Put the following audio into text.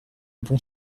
bon